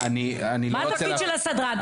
אז מה התפקיד של הסדרן?